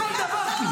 בכל דבר.